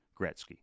Gretzky